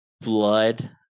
blood